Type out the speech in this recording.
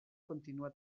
continua